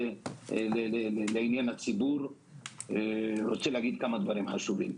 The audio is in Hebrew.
לעיני הציבור אני רוצה להגיד כמה דברים חשובים.